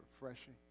refreshing